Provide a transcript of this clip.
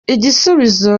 igisubizo